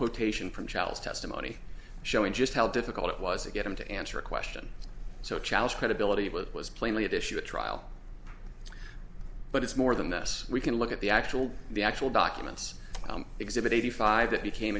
quotation from child's testimony showing just how difficult it was to get him to answer a question so challenged credibility of what was plainly at issue at trial but it's more than this we can look at the actual the actual documents exhibit eighty five that became